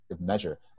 measure